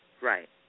Right